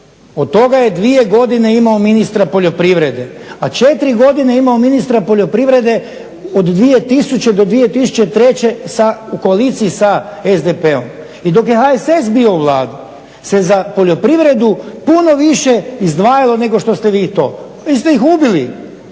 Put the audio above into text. Od toga je dvije godine imao ministra poljoprivrede a četiri godine je imao ministra poljoprivrede od 2000. do 2003. sa, u koaliciji sa SDP-om. I dok je HSS bio u …/Govornik se ne razumije./… se za poljoprivredu puno više izdvajalo nego što ste vi to. Vi ste ih ubili.